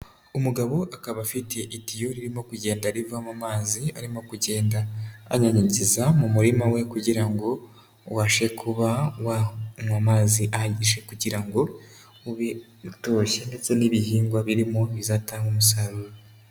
Umugabo akaba afite itiyo ririmo kugenda rivamo amazi arimo kugenda anyanyagiza mu murima we, kugira ngo ubashe kuba wanywa amazi ahagije kugira ngo ube utoshye ndetse n'ibihingwa birimo bizatange umusaruro.